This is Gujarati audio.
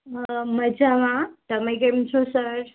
મજામાં તમે કેમ છો સર